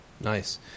nice